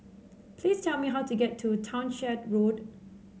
please tell me how to get to Townshend Road